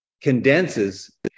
condenses